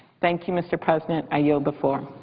thank you, mr. president. i yield the floor.